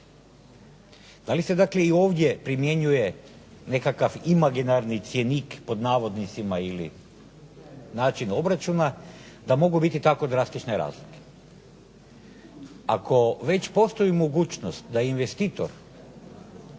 Da li se dakle i ovdje primjenjuje nekakav imaginarni cjenik, pod navodnicima, ili način obračuna, da mogu biti tako drastične razlike? Ako već postoji mogućnost da investitor